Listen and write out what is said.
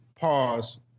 pause